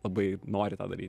labai nori tą daryt